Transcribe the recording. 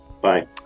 bye